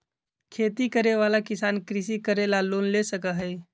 खेती करे वाला किसान कृषि करे ला लोन ले सका हई